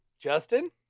Justin